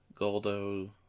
Goldo